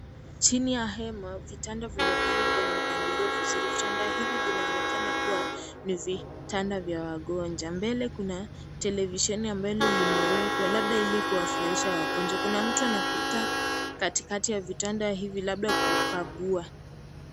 Chini ya hema vitanda vimepangwa kwenye mpangilio vizuri. Vitanda hivi vinaonekana kuwa ni vitanda vya wagonjwa. Mbele kuna televisheni ambalo limewekwa labda ili kuwafurahisha wagonjwa. Kuna mtu anapita katikati ya vitanda hivi labda kukagua.